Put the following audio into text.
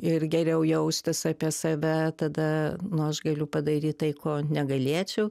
ir geriau jaustis apie save tada nu aš galiu padaryt tai ko negalėčiau